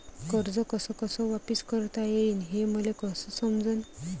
कर्ज कस कस वापिस करता येईन, हे मले कस समजनं?